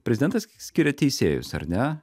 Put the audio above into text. prezidentas skiria teisėjus ar ne